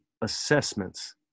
assessments